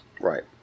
Right